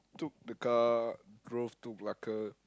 took the car drove to Malacca